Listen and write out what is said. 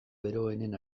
beroenen